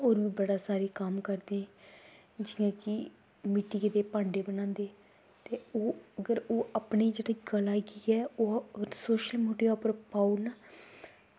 ओह् बी बड़ा सारा कम्म करदे जियां कि मिट्टियै दे भांडे बनांदे ते ओह् अगर ओह् अपनी जेह्ड़ी कला गी ऐ ओह् अगर सोशल मीडिया उप्पर पाई ओड़न